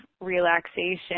relaxation